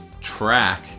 Track